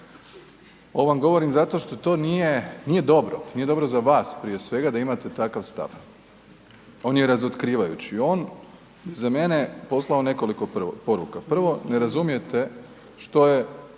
Ovo vam govorim zato što to nije, nije dobro, nije dobro za vas prije svega da imate takav stav. On je razotkrivajući, on za mene poslao nekoliko poruka, prvo ne razumijete što je